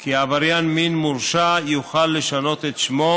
כי עבריין מין מורשע יוכל לשנות את שמו